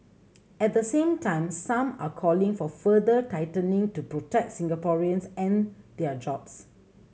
at the same time some are calling for further tightening to protect Singaporeans and their jobs